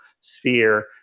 sphere